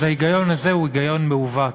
אז ההיגיון הזה הוא היגיון מעוות,